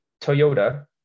Toyota